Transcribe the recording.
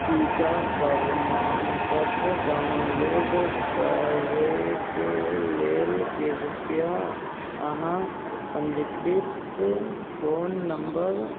टीकाकरण प्रमाणपत्र डाउनलोड करयके लेल कृपया अहाँ पञ्जीकृत फोन नम्बर